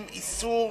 50) (איסור